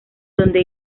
donde